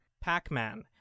Pac-Man